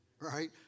right